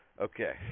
Okay